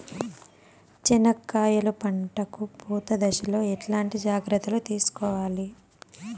చెనక్కాయలు పంట కు పూత దశలో ఎట్లాంటి జాగ్రత్తలు తీసుకోవాలి?